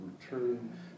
return